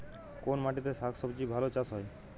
কোন মাটিতে শাকসবজী ভালো চাষ হয়?